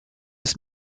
ist